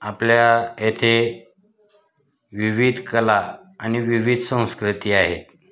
आपल्या येथे विविध कला आणि विविध संस्कृती आहेत